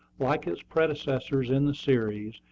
like its predecessors in the series,